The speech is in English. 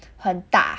很大